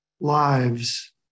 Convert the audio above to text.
lives